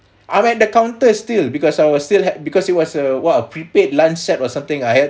I'm at the counter still because I was still had because it was a what a prepaid lunch set or something I had